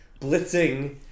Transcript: blitzing